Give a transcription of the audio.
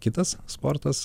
kitas sportas